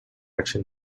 action